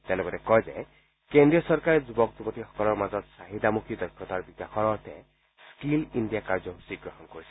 তেওঁ লগতে কয় যে কেন্দ্ৰীয় চৰকাৰে যুৱক যুৱতীসকলৰ মাজত চাহিদামুখী দক্ষতাৰ বিকাশৰ অৰ্থে স্কীল ইণ্ডিয়া কাৰ্যসূচী গ্ৰহণ কৰিছে